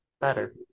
better